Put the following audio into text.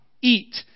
eat